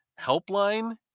helpline